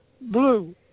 blue